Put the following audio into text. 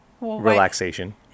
relaxation